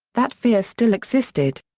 that fear still existed.